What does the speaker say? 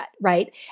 right